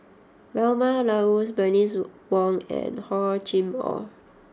Vilma Laus Bernice Wong and Hor Chim Or